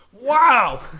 Wow